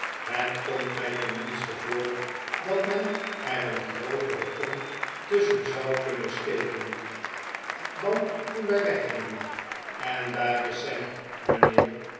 het komt mij tenminste voor dat men er een grootere ton tusschen zou kunnen steken dan toen wij weggingen en daar is sam mijnheer